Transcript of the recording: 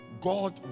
God